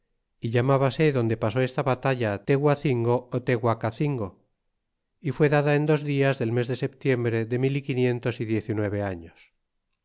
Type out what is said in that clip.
y llamabase donde pasó esta batalla tehuacingo ó tehuacacingo y fue dada en dos dias del mes de septiembre de mil y quinientos y diez y nueve años